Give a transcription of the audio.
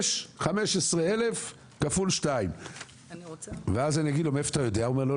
'יש 15,000 כפול 2'. ואז אני אגיד לו 'מאיפה אתה יודע' הוא יגיד לי 'לא,